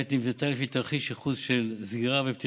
נבנתה לפי תרחיש ייחוס של סגירה-פתיחה.